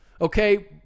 Okay